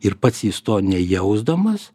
ir pats jis to nejausdamas